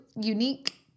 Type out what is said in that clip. unique